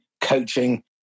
coaching